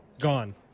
Gone